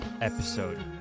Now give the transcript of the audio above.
episode